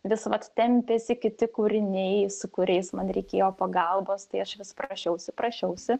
vis vat tempiasi kiti kūriniai su kuriais man reikėjo pagalbos tai aš vis prašiausi prašiausi